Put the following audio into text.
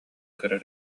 көрөр